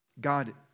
God